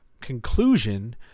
conclusion